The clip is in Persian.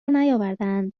نیاوردهاند